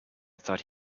thought